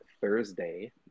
Thursday